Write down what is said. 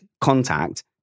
contact